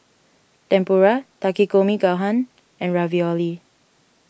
Tempura Takikomi Gohan and Ravioli